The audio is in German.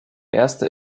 erste